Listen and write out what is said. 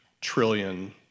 trillion